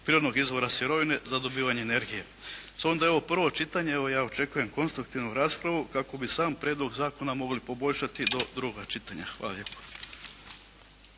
prirodnog izvora sirovine za dobivanje energije. S obzirom da je ovo prvo čitanje evo je očekujem konstruktivnu raspravu kako bi sam prijedlog zakona mogli poboljšati do drugoga čitanja. Hvala lijepo.